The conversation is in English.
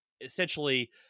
essentially